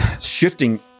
shifting